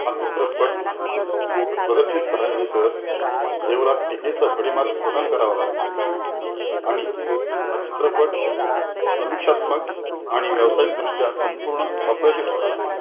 हा चित्रपट प्रदर्शित झाल्यानंतर देवला टिकेचा भडीमार सहन करावा लागला आणि हा चित्रपट समीक्षात्मक आणि व्यावसायिकदृष्ट्या संपूर्ण अपयशी ठरला